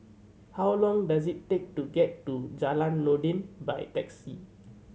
how long does it take to get to Jalan Noordin by taxi